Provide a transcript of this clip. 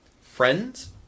Friends